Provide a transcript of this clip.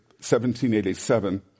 1787